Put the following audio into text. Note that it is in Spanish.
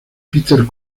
peter